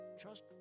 trust